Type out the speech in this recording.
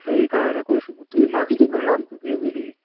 সেইকাৰণে কৈছোঁ গোটেই মাজুলী ঘূৰাম তোক এইবেলি